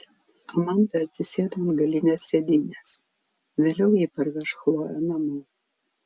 amanda atsisėdo ant galinės sėdynės vėliau ji parveš chloję namo